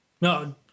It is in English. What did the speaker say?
No